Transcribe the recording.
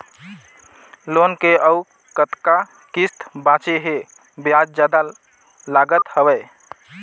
Loan के अउ कतका किस्त बांचें हे? ब्याज जादा लागत हवय,